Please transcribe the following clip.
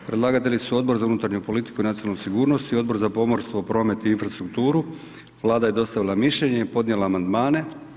Predlagatelji: Odbor za unutarnju politiku i nacionalnu sigurnost i Odbor za pomorstvo, promet i infrastrukturu Vlada je dostavila mišljenje i podnijela amandmane.